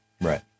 Right